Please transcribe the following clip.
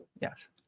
Yes